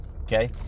Okay